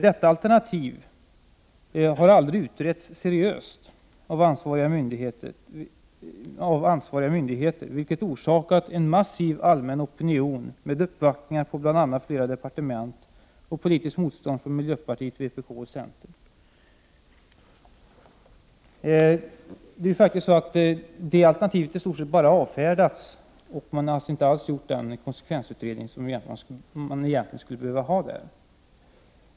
Detta alternativ har aldrig utretts seriöst av ansvariga myndigheter, vilket orsakat en massiv allmän opinion, med uppvaktningar på bl.a. flera departement, samt politiskt motstånd från miljöpartiet, vpk och centern. Det är faktiskt så att detta alternativ bara mer eller mindre avfärdats. Och man har inte gjort den konsekvensutredning som egentligen skulle behöva finnas.